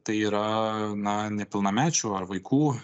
tai yra na nepilnamečių ar vaikų